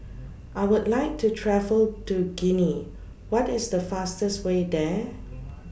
I Would like to travel to Guinea What IS The fastest Way There